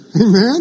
Amen